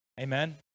Amen